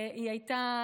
היא הייתה